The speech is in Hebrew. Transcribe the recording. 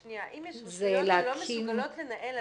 אם יש רשויות שלא מסוגלות לנהל,